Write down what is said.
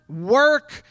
work